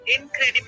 incredible